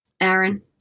Aaron